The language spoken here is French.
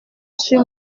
sur